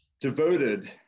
devoted